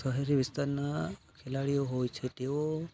શહેરી વિસ્તારના ખેલાડીઓ હોય છે તેઓ